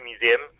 museum